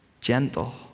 gentle